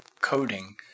coding